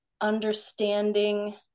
Understanding